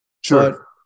Sure